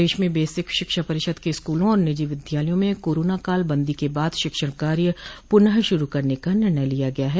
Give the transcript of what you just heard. प्रदेश में बेसिक शिक्षा परिषद के स्कूलों और निजी विद्यालयों में कोरोना काल बंदी के बाद शिक्षण कार्य पुनः शुरू करने का निर्णय लिया गया है